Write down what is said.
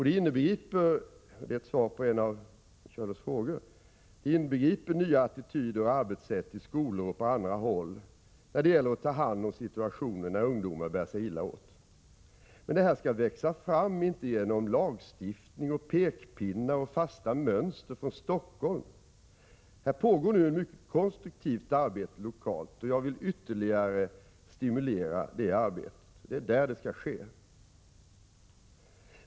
Det inbegriper — det är ett svar på en av Björn Körlofs frågor — nya attityder och arbetssätt i skolor och på andra håll där det gäller att ta hand om situationer där ungdomar bär sig illa åt. Men detta skall inte växa fram genom lagstiftning, pekpinnar och fasta mönster från Stockholm. Här pågår ett mycket konstruktivt arbete lokalt, och jag vill ytterligare stimulera det arbetet — det är där det skall ske.